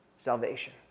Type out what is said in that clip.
salvation